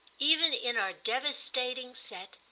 even in our devastating set,